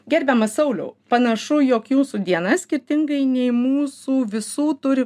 gerbiamas sauliau panašu jog jūsų diena skirtingai nei mūsų visų turi